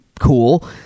cool